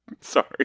Sorry